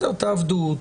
תעבדו,